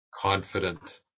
confident